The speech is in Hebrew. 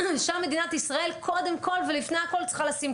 שם מדינת ישראל צריכה לשים כסף קודם כל ולפני הכל.